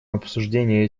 обсуждение